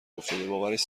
افتاده، باورش